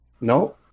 No